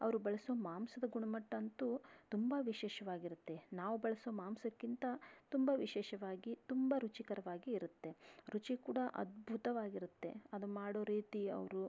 ಅವರು ಬಳಸೋ ಮಾಂಸದ ಗುಣಮಟ್ಟ ಅಂತೂ ತುಂಬ ವಿಶೇಷವಾಗಿರತ್ತೆ ನಾವು ಬಳಸೋ ಮಾಂಸಕ್ಕಿಂತ ತುಂಬ ವಿಶೇಷವಾಗಿ ತುಂಬ ರುಚಿಕರವಾಗಿ ಇರತ್ತೆ ರುಚಿ ಕೂಡ ಅದ್ಭುತವಾಗಿರತ್ತೆ ಅದು ಮಾಡೋ ರೀತಿ ಅವರು